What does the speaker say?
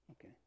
Okay